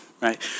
Right